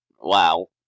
Wow